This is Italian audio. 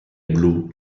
blu